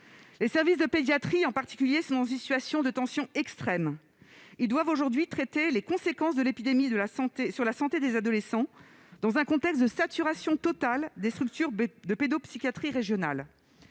des services de pédiatrie, qui sont dans une situation de tension extrême. Ces services doivent aujourd'hui traiter les conséquences de l'épidémie sur la santé des adolescents, dans un contexte de saturation totale des structures régionales